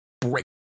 break